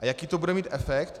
A jaký to bude mít efekt?